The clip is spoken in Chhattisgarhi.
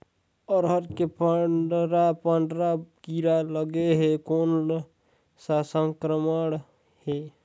अरहर मे पंडरा पंडरा कीरा लगे हे कौन सा संक्रमण हे?